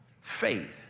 faith